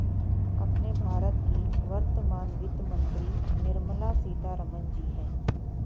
अपने भारत की वर्तमान वित्त मंत्री निर्मला सीतारमण जी हैं